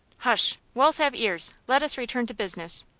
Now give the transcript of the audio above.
hush! walls have ears. let us return to business.